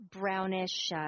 brownish